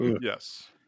Yes